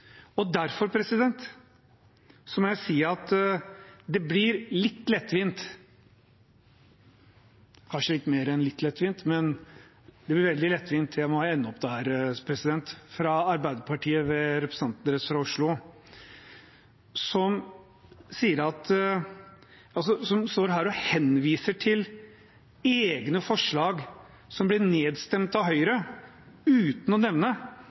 Derfor må jeg si at det blir litt lettvint, kanskje mer enn litt lettvint, det blir veldig lettvint – jeg må ende opp der, president – fra Arbeiderpartiet ved representanten deres fra Oslo, som står her og henviser til egne forslag som ble nedstemt av Høyre, uten å nevne